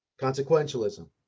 consequentialism